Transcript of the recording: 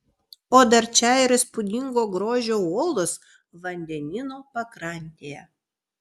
o dar čia ir įspūdingo grožio uolos vandenyno pakrantėje